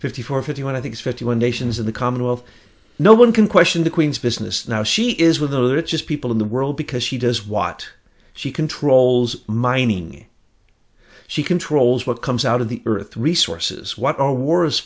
fifty four fifty one i think fifty one nations in the commonwealth no one can question the queen's business now she is with the richest people in the world because she does what she controls mining she controls what comes out of the earth resources what are wars